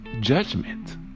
judgment